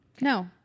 No